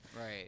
Right